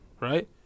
right